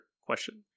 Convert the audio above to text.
question